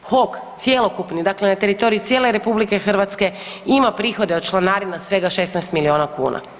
HOK cjelokupni, dakle teritorij cijele RH ima prihode od članarina svega 16 milijuna kuna.